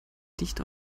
dicht